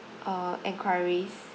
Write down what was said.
or enquiries